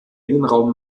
innenraum